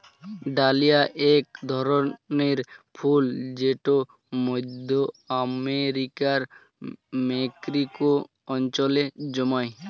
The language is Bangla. ডালিয়া এক ধরনের ফুল জেট মধ্য আমেরিকার মেক্সিকো অঞ্চলে জন্মায়